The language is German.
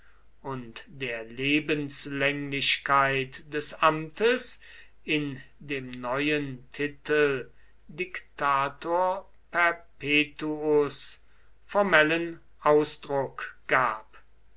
und der lebenslänglichkeit des amtes in dem neuen titel dictator perpetuus formellen ausdruck gab